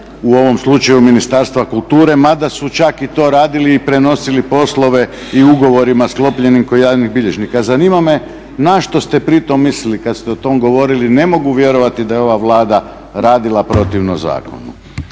u ovom slučaju Ministarstva kulture ma da su čak i to radili i prenosili poslove i ugovorima sklopljenim kod javnih bilježnika. Zanima me na što ste pritom mislili kad ste o tom govorili? Ne mogu vjerovati da je ova Vlada radila protivno zakonu.